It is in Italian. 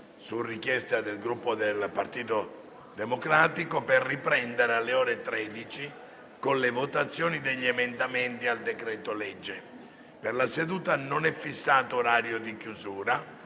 su richiesta del Gruppo Partito Democratico, per riprendere alle ore 13 con le votazioni degli emendamenti al decreto-legge. Per la seduta non è fissato orario di chiusura: